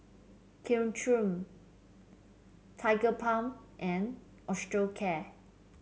Caltrate Tigerbalm and Osteocare